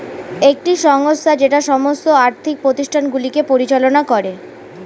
একটি সংস্থা যেটা সমস্ত আর্থিক প্রতিষ্ঠানগুলিকে পরিচালনা করে